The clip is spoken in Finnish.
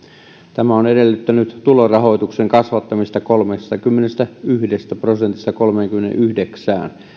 tämä on edellyttänyt tulorahoituksen kasvattamista kolmestakymmenestäyhdestä prosentista kolmeenkymmeneenyhdeksään